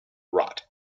rot